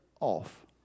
off